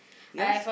yours